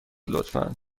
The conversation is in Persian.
لطفا